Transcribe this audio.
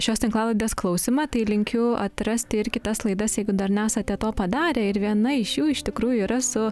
šios tinklalaidės klausymą tai linkiu atrasti ir kitas laidas jeigu dar nesate to padarę ir viena iš jų iš tikrųjų yra su